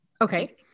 Okay